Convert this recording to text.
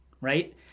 Right